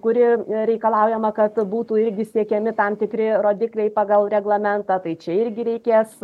kuri reikalaujama kad būtų irgi siekiami tam tikri rodikliai pagal reglamentą tai čia irgi reikės